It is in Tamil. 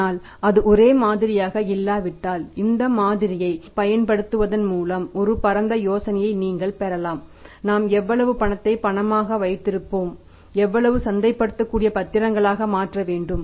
ஆனால் அது ஒரே மாதிரியாக இல்லாவிட்டால் இந்த மாதிரியைப் பயன்படுத்துவதன் மூலம் ஒரு பரந்த யோசனையை நீங்கள் பெறலாம் நாம் எவ்வளவு பணத்தை பணமாக வைத்திருப்போம் எவ்வளவு சந்தைப்படுத்தக்கூடிய பத்திரங்களாக மாற்ற வேண்டும்